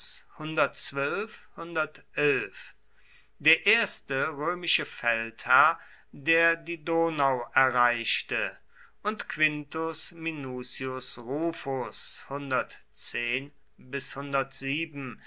der erste römische feldherr der die donau erreichte und quintus minucius rufus